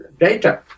data